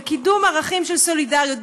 בקידום ערכים של סולידריות,